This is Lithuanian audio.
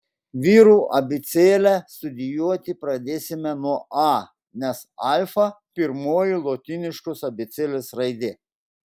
vyrų abėcėlę studijuoti pradėsime nuo a nes alfa pirmoji lotyniškos abėcėlės raidė